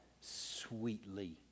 sweetly